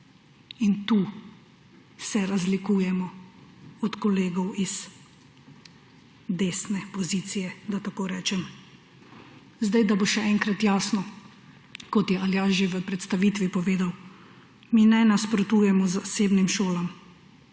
In tu se razlikujemo od kolegov iz desne pozicije, da tako rečem. Da bo še enkrat jasno, kot je Aljaž že v predstavitvi povedal, mi ne nasprotujemo zasebnim šolam,